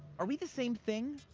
are we the same thing?